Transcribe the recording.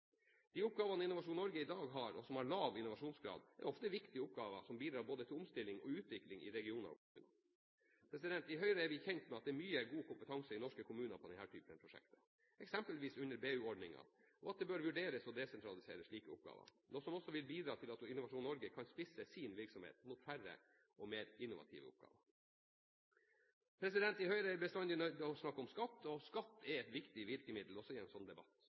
De oppgaver Innovasjon Norge i dag har, og som har lav innovasjonsgrad, er ofte viktige oppgaver som bidrar både til omstilling og utvikling i regioner og kommuner. I Høyre er vi kjent med at det er mye god kompetanse i norske kommuner på denne typen prosjekter, eksempelvis under BU-ordningen, og at det bør vurderes å desentralisere slike oppgaver – noe som også vil bidra til at Innovasjon Norge kan spisse sin virksomhet mot færre og mer innovative oppgaver. I Høyre er vi bestandig nødt til å snakke om skatt, og skatt er et viktig virkemiddel, også i en sånn debatt.